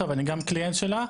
ואני גם קליינט שלה,